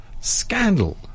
scandal